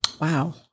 Wow